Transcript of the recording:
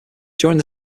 during